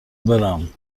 برم